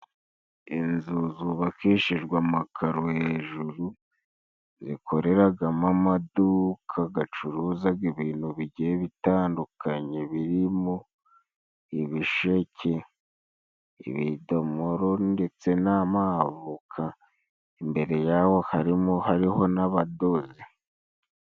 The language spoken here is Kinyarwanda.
Inzu zubakishijwe amakaro hejuru. Zikoreragamo amaduka gacuruzaga ibintu bigiye bitandukanye birimo ibisheke, ibidomoro, ndetse n'amavoka imbere yaho hariho n'abadozi.